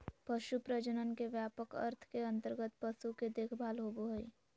पशु प्रजनन के व्यापक अर्थ के अंतर्गत पशु के देखभाल होबो हइ